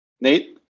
Nate